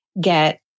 get